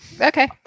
okay